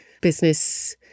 business